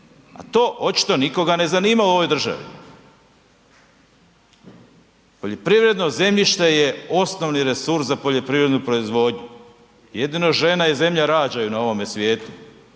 a to očito nikoga ne zanima u ovoj državi. Poljoprivredno zemljište je osnovni resurs za poljoprivrednu proizvodnju. Jedino žena i zemlja rađaju na ovome svijetu,